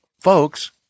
folks